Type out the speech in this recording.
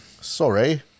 Sorry